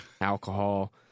alcohol